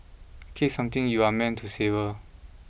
cake is something you are meant to savour